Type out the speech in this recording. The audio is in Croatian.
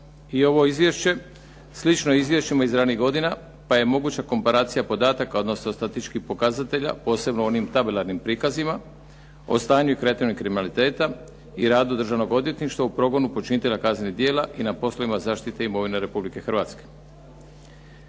i ovo izvješće slično izvješćima iz ranijih godina, pa je moguća komparacija podataka, odnosno statističkih pokazatelja posebno u onim tabelarnim prikazima o stanju i kretanju kriminaliteta i radu državnog odvjetništva u progonu počinitelja kaznenih djela i na poslovima zaštite imovine Republike Hrvatske.